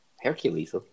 Hercules